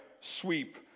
sweep